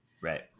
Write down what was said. right